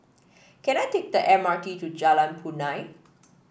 can I take the M R T to Jalan Punai